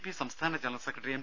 P സംസ്ഥാന general secretary M